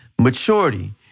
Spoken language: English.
Maturity